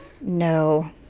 No